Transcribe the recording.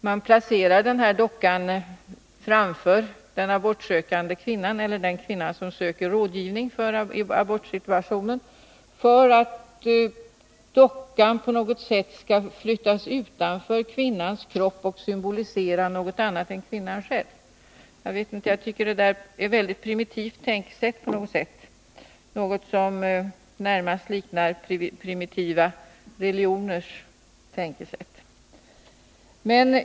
Man placerar dockan framför den abortsökande kvinnan eller den som söker rådgivning i en abortsituation, och man vill att dockan på något sätt skall flyttas utanför kvinnans kropp och symbolisera något annat än kvinnan själv. Jag tycker att det är ett tänkesätt som närmast liknar det som finns inom primitiva religioner.